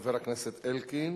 חבר הכנסת אלקין,